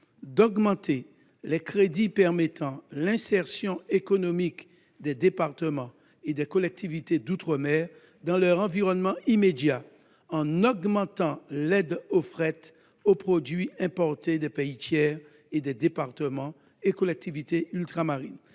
à accroître les crédits permettant l'insertion économique des départements et des collectivités d'outre-mer dans leur environnement immédiat. Pour ce faire, nous proposons d'augmenter l'aide au fret pour les produits importés des pays tiers et des départements et collectivités ultramarines,